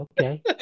okay